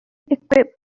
equipped